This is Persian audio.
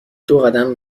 دوقدم